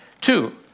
Two